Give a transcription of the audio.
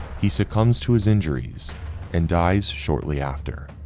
he succumbs to his injuries and dies shortly after.